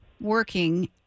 working